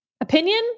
opinion